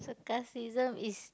sacarsm is